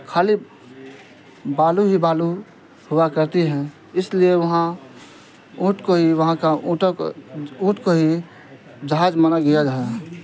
خالی بالو ہی بالو ہوا کرتی ہے اس لیے وہاں اونٹ کو ہی وہاں کا اونٹ کو ہی جہاز مانا گیا ہے